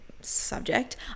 subject